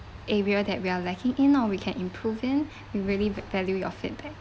area that we are lacking in or we can improve in we really value your feedback